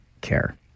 care